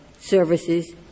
services